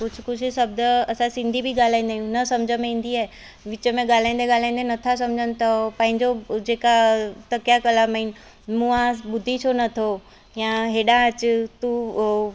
कुझु कुझु शब्द असां सिंधी बि ॻाल्हाईंदा आहियूं न सम्झ में ईंदी आहे विच में ॻाल्हाईंदे ॻाल्हाईंदे नथा सम्झनि त पंहिंजो जेका तकिया कलाम आहिनि मूआ ॿुधी छो न थो या हेॾांहं अचि तूं